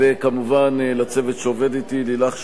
וכמובן לצוות שעובד אתי: לילך שלי,